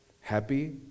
happy